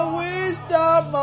wisdom